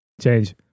Change